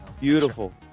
beautiful